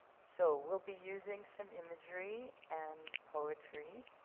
so, we'll be using some imagery and poetry.